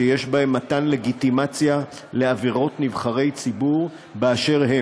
שיש בהם מתן לגיטימציה לעבירות של נבחרי ציבור באשר הם.